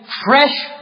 fresh